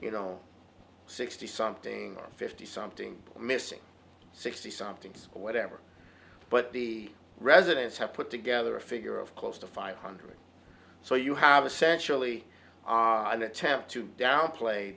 you know sixty something fifty something missing sixty something or whatever but the residents have put together a figure of close to five hundred so you have essentially an attempt to downplay